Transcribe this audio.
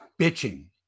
bitching